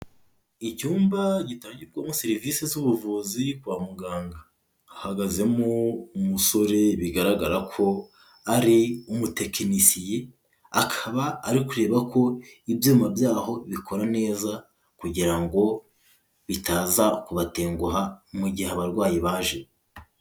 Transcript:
Icyumba gitangirwamo serivisi z'ubuvuzi kwa muganga, hahagazemo umusore bigaragara ko ari umutekinisiye, akaba ari kureba ko ibyuma byaho bikora neza kugira ngo bitaza kubatenguha mu gihe abarwayi baje.